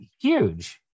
huge